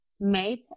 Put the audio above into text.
made